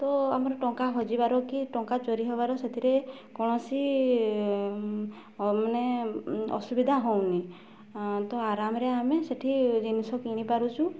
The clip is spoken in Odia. ତ ଆମର ଟଙ୍କା ହଜିବାର କି ଟଙ୍କା ଚୋରି ହେବାର ସେଥିରେ କୌଣସି ମାନେ ଅସୁବିଧା ହେଉନି ତ ଆରାମରେ ଆମେ ସେଠି ଜିନିଷ କିଣିପାରୁଛୁ